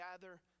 gather